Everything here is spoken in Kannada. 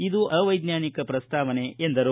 ಇದು ಅವೈಜ್ಞಾನಿಕ ಪ್ರಸ್ತಾವನೆ ಎಂದರು